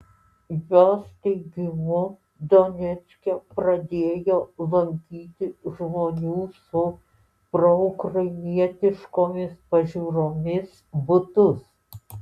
jos teigimu donecke pradėjo lankyti žmonių su proukrainietiškomis pažiūromis butus